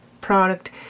product